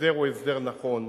ההסדר הוא הסדר נכון,